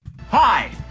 Hi